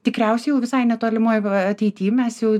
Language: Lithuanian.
tikriausiai jau visai netolimoj ateity mes jau